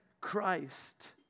Christ